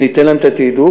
וניתן להם את התעדוף,